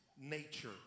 nature